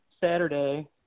Saturday